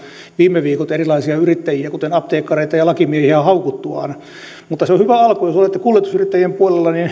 viime viikot erilaisia yrittäjiä kuten apteekkareita ja lakimiehiä on haukuttu vain mutta se on hyvä alku jos olette kuljetusyrittäjien puolella